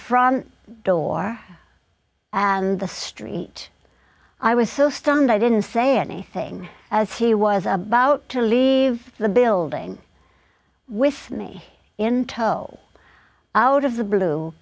front door and the street i was so stunned i didn't say anything as he was about to leave the building with me in tow out of the blue